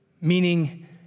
Meaning